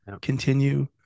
continue